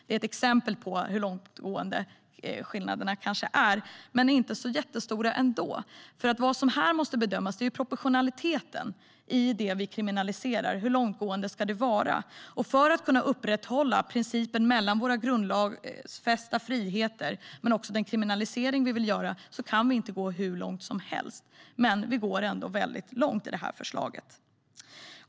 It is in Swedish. Det är ett exempel på hur långtgående skillnaderna är. Men de är ändå inte så jättestora, för vad som här måste bedömas är proportionaliteten i det vi kriminaliserar, hur långtgående det ska vara. För att kunna upprätthålla principen mellan våra grundlagsfästa friheter och den kriminalisering vi vill göra kan vi inte gå hur långt som helst, men vi går ändå väldigt långt i det här förslaget.